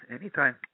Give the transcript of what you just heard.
anytime